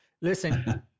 listen